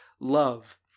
love